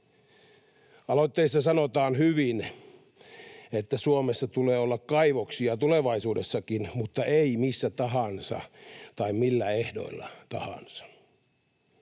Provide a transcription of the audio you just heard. Aloitteessa sanotaan hyvin, että Suomessa tulee olla kaivoksia tulevaisuudessakin, mutta ei missä tahansa tai millä ehdoilla tahansa.